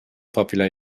popular